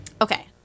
Okay